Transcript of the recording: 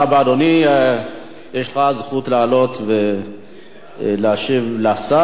יש לך זכות לעלות ולהשיב לשר ולשכנע את הכנסת.